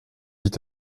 vit